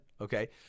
Okay